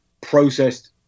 processed